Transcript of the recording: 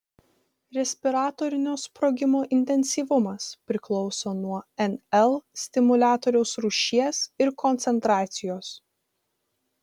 respiratorinio sprogimo intensyvumas priklauso nuo nl stimuliatoriaus rūšies ir koncentracijos